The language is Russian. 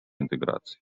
интеграции